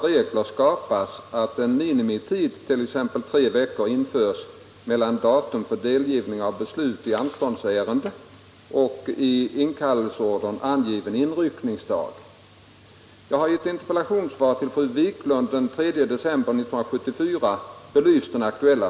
Resultatet har blivit att t.ex. bönder som inte kunnat ordna ersättare tvingats sälja sina djurbesättningar för att kunna fullgöra sina värnpliktsskyldigheter.